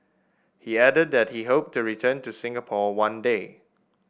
he added that he hoped to return to Singapore one day